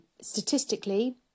Statistically